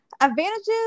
Advantages